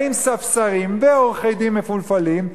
באים ספסרים ועורכי-דין מפולפלים,